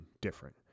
different